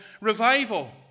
revival